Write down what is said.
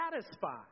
satisfied